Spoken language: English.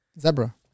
Zebra